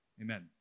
Amen